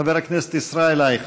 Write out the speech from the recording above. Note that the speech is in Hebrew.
חבר הכנסת ישראל אייכלר.